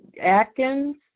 Atkins